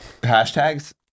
Hashtags